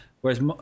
whereas